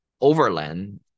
overland